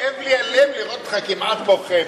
כואב לי הלב לראות אותך כמעט בוכה.